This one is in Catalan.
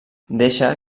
deixa